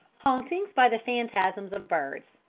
hauntings by the phantasms of birds